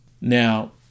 Now